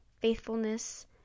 faithfulness